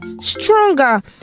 stronger